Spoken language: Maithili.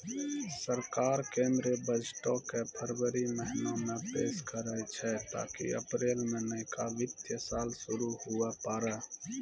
सरकार केंद्रीय बजटो के फरवरी महीना मे पेश करै छै ताकि अप्रैल मे नयका वित्तीय साल शुरू हुये पाड़ै